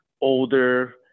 older